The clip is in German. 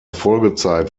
folgezeit